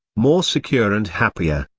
more secure and happier.